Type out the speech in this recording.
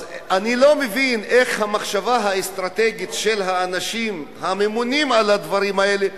אז אני לא מבין איך המחשבה האסטרטגית של האנשים הממונים על הדברים האלה,